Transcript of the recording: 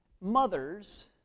mothers